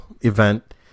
event